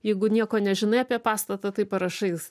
jeigu nieko nežinai apie pastatą tai parašais